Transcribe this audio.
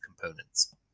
components